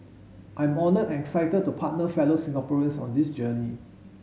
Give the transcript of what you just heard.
I am honoured and excited to partner fellow Singaporeans on this journey